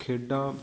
ਖੇਡਾਂ